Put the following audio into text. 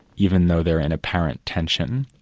even though they're in apparent tension.